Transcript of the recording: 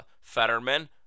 Fetterman